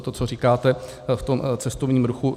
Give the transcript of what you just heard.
To, co říkáte v tom cestovním ruchu.